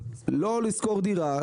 לא לשכור דירה,